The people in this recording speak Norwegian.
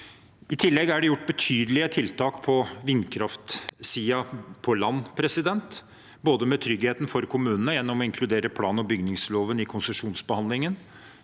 I tillegg er det gjort betydelige tiltak på vindkraftsiden på land, både med tryggheten for kommunene ved å inkludere plan- og bygningsloven i konsesjonsbehandlingen,